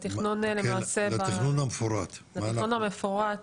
למעשה, בתכנון המפורט,